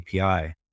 API